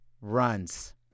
runs